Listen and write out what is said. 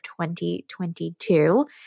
2022